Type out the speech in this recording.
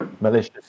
malicious